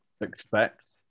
expect